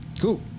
Cool